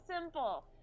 simple